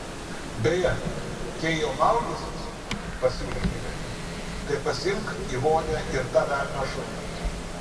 beje jei jau maudysiesi pasiūlė milė tai pasiimk į vonią ir tą velnio šunį